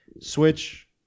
Switch